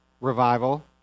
revival